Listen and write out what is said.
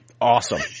awesome